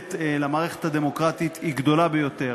והתועלת למערכת הדמוקרטית היא גדולה ביותר.